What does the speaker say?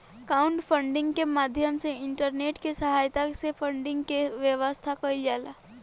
crowdfunding के माध्यम से इंटरनेट के सहायता से फंडिंग के व्यवस्था कईल जाला